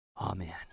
Amen